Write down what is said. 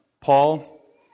Paul